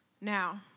Now